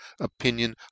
opinion